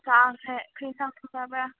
ꯆꯥꯛꯁꯦ ꯀꯔꯤ ꯑꯦꯟꯁꯥꯡ ꯊꯣꯡꯅꯕ꯭ꯔꯥ